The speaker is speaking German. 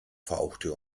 fauchte